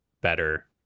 better